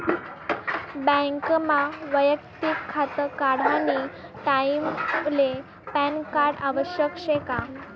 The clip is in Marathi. बँकमा वैयक्तिक खातं काढानी टाईमले पॅनकार्ड आवश्यक शे का?